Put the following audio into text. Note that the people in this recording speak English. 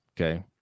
okay